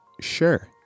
Sure